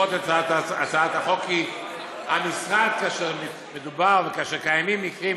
לדחות את הצעת החוק, כי כאשר קיימים מקרים